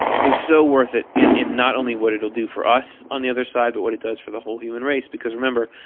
is so worth it, in in not only what it will do for us on the other side but what it does for the whole human race. because remember,